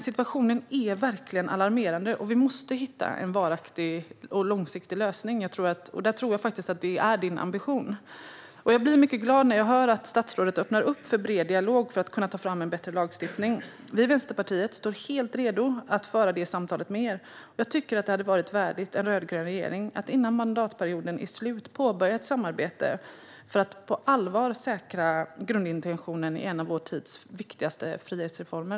Situationen är dock alarmerande, och vi måste hitta en varaktig och långsiktig lösning, vilket jag tror även är statsrådets ambition. Jag blir mycket glad när jag hör att statsrådet öppnar för en bred dialog för att kunna ta fram en bättre lagstiftning. Vi i Vänsterpartiet står helt redo att föra det samtalet med er, och jag tycker att det hade varit värdigt en rödgrön regering att innan mandatperioden är slut påbörja ett samarbete för att på allvar säkra grundintentionen i en av vår tids viktigaste frihetsreformer.